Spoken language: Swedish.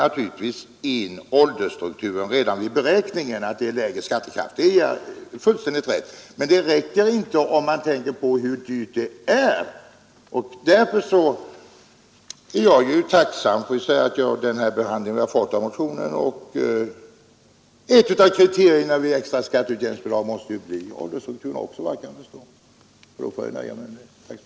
Naturligtvis väger man in den redan vid beräkningen av den lägre skattekraften; detta är fullständigt riktigt. Men med tanke på hur dyrt det är räcker inte detta, och därför är jag tacksam för den behandling motionen har fått. Ett av kriterierna vid extra skatteutjämningsbidrag måste, enligt vad jag kan förstå, vara åldersstrukturen. Jag får nöja mig med detta.